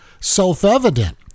self-evident